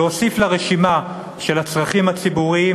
להוסיף לרשימה של הצרכים הציבוריים